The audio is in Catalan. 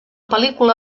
pel·lícula